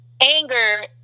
anger